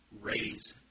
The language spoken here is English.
raise